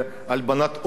והלבנת הון?